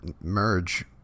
Merge